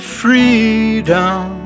freedom